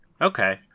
okay